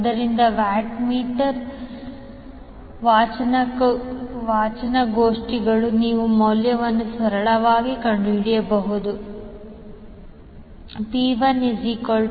ಆದ್ದರಿಂದ watt meter ವಾಚನಗೋಷ್ಠಿಗಳು ನೀವು ಮೌಲ್ಯವನ್ನು ಸರಳವಾಗಿ ಕಂಡುಹಿಡಿಯಬಹುದು P1ReVANIaVANIacos 1006